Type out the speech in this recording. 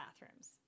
bathrooms